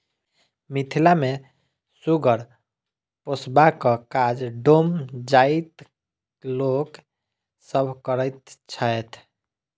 मिथिला मे सुगर पोसबाक काज डोम जाइतक लोक सभ करैत छैथ